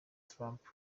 trump